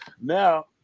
Now